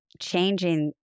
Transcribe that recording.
changing